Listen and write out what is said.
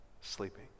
sleeping